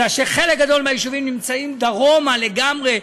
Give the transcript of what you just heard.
כי חלק גדול מהיישובים נמצאים דרומה לגמרי,